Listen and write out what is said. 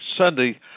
Sunday